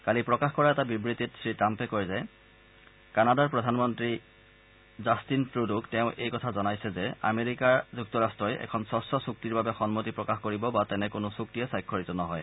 কালি প্ৰকাশ কৰা এটা বিবৃতিত শ্ৰীট্টাম্পে কয় যে কানাডাৰ প্ৰধানমন্ত্ৰী মন্ত্ৰী জাট্টিন ট্ৰডোক তেওঁ এই কথা জনাইছে যে আমেৰিকাৰ যুক্তৰাট্টই এখন স্বষ্ছ চুক্তিৰ বাবে সন্মতি প্ৰকাশ কৰিব বা তেনে কোনো চুক্তিয়ে স্বাক্ষৰিত নহয়